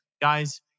Guys